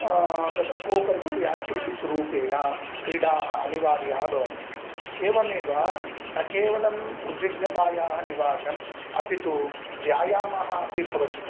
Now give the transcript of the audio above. तत्र cocurricular activities रूपेण क्रीडाः अनिवार्याः भवन्ति एवमेव न केवलम् उद्विघ्नतायाः निवारणम् अपि तु व्यायामः अपि भवति